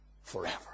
forever